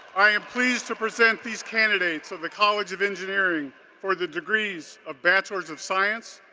i am pleased to present these candidates of the college of engineering for the degrees of bachelor of science,